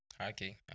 Okay